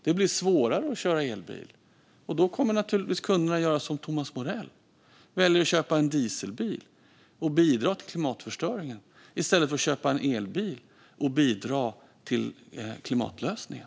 Det blir svårare att köra elbil. Då kommer naturligtvis kunderna att göra som Thomas Morell; de väljer att köpa en dieselbil och bidra till klimatförstöringen i stället för att köpa en elbil och bidra till klimatlösningen.